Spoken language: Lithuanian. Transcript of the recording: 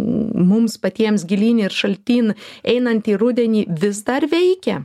mums patiems gilyn ir šaltyn einant į rudenį vis dar veikia